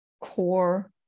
core